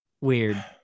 weird